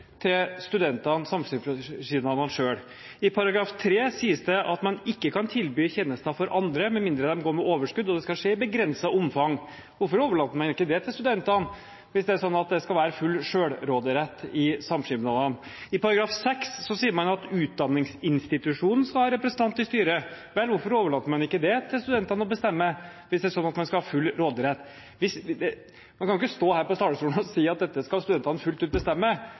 til studentene og samskipnadene selv? I § 3 sies det at man ikke kan tilby tjenester for andre med mindre de går med overskudd, og det skal skje i begrenset omfang. Hvorfor overlater man ikke det til studentene, hvis det er sånn at det skal være full selvråderett i samskipnadene? I § 6 sier man at utdanningsinstitusjonen skal ha representant i styret. Hvorfor overlater man ikke det til studentene å bestemme, hvis det er sånn at man skal ha full råderett? Man kan ikke stå her på talerstolen og si at dette skal studentene fullt ut bestemme,